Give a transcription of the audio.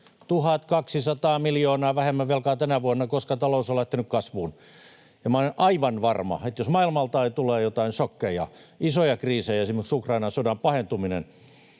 1 200 miljoonaa vähemmän velkaa tänä vuonna, koska talous on lähtenyt kasvuun. Minä olen aivan varma, että jos maailmalta ei tule jotain šokkeja, isoja kriisejä — esimerkiksi Ukrainan sodan pahentuminen